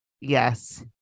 Yes